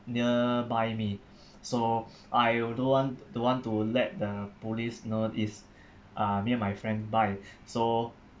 near by me so I don't want don't want to let the police know it's uh me and my friend buy so